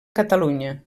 catalunya